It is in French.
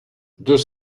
deux